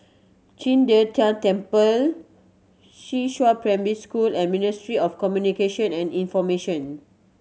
Qing De Tang Temple Primary School and Ministry of Communication and Information